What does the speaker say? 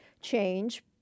change